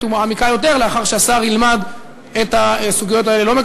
ומעמיקה יותר לאחר שהשר ילמד את הסוגיות האלה לעומק.